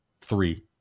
three